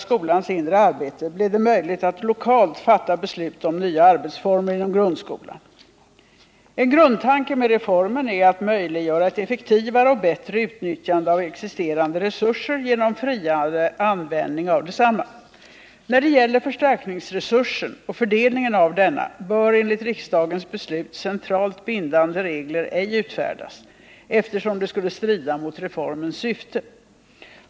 Åke Gillström har i sin interpellation ställt följande frågor till mig: friare användning av desamma. När det gäller förstärkningsresursen och fördelningen av denna bör enligt riksdagens beslut centralt bindande regler ej utfärdas, eftersom det skulle strida mot reformens syfte.